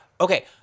Okay